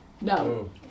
no